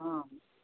ಹಾಂ